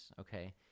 Okay